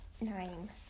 nine